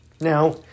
Now